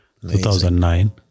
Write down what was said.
2009